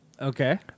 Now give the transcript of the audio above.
Okay